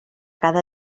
cada